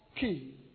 key